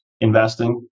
investing